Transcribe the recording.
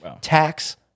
Tax